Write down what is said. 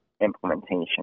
implementation